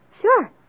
Sure